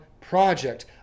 project